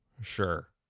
Sure